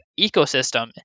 ecosystem